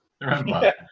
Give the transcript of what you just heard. remember